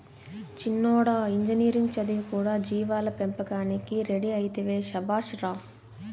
చిన్నోడా ఇంజనీరింగ్ చదివి కూడా జీవాల పెంపకానికి రెడీ అయితివే శభాష్ రా